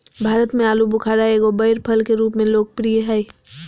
भारत में आलूबुखारा एगो बैर फल के रूप में लोकप्रिय हइ